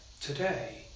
today